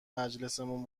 مجلسمون